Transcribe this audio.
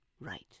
right